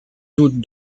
doute